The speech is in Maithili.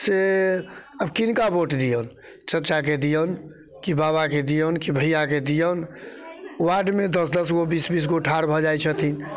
से आब किनका भोट दिऔन चाचाके दिऔन कि बाबाके दिऔन कि भैयाके दिऔन वार्डमे दश दश गो बीस बीस गो ठाढ़ भऽ जाइत छथिन